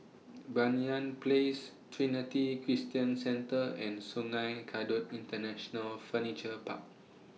Banyan Place Trinity Christian Centre and Sungei Kadut International Furniture Park